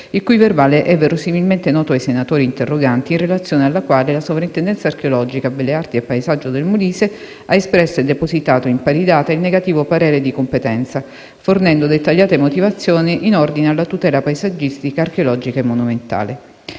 il cui verbale è verosimilmente noto ai senatori interroganti, in relazione alla quale la Soprintendenza archeologia, belle arti e paesaggio del Molise ha espresso e depositato, in pari data, il negativo parere di competenza, fornendo dettagliate motivazioni in ordine alla tutela paesaggistica, archeologica e monumentale.